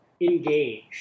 engaged